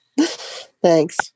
thanks